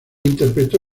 interpretó